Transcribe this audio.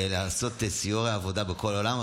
לעשות סיורי עבודה בכל העולם,